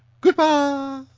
goodbye